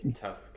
tough